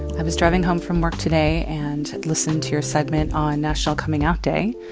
i was driving home from work today and listened to your segment on national coming out day,